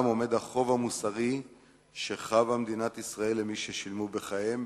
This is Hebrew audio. עומד החוב המוסרי שחבה מדינת ישראל למי ששילמו בחייהם,